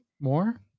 More